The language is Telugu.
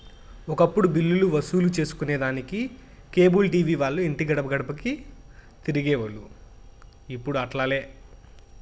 ఒకప్పుడు బిల్లులు వసూలు సేసుకొనేదానికి కేబుల్ టీవీ వాల్లు ఇంటి గడపగడపకీ తిరిగేవోల్లు, ఇప్పుడు అట్లాలే